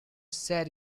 said